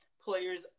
players